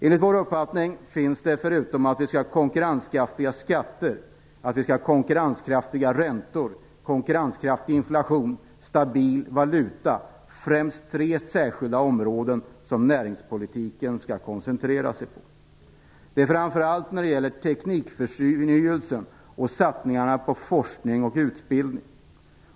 Enligt vår uppfattning finns det - förutom att vi skall ha konkurrenskraftiga skatter, konkurrenskraftiga räntor, konkurrenskraftig inflation och stabil valuta - främst tre särskilda områden som näringspolitiken skall koncentrera sig på. Det gäller först och främst teknikförnyelse och satsningarna på forskning och utbildning.